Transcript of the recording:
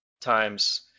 times